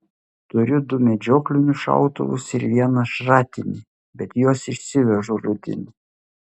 turiu du medžioklinius šautuvus ir vieną šratinį bet juos išsivežu rudenį